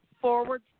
forward